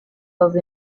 those